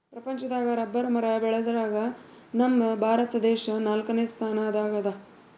ಪ್ರಪಂಚದಾಗ್ ರಬ್ಬರ್ ಮರ ಬೆಳ್ಯಾದ್ರಗ್ ನಮ್ ಭಾರತ ದೇಶ್ ನಾಲ್ಕನೇ ಸ್ಥಾನ್ ದಾಗ್ ಅದಾ